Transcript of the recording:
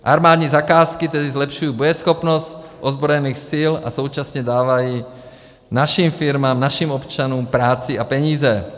Armádní zakázky tedy zlepšují bojeschopnost ozbrojených sil a současně dávají našim firmám, našim občanům práci a peníze.